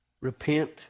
repent